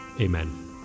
Amen